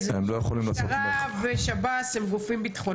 המשטרה ושב"ס הם גופים ביטחוניים.